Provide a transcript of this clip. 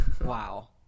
Wow